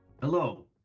Hello